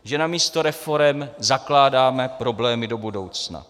Že namísto reforem zakládáme problémy do budoucna.